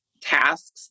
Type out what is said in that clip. tasks